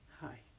hi